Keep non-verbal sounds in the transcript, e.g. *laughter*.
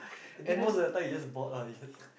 I think most of the time he just bored lah he just *laughs*